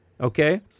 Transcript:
okay